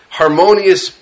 harmonious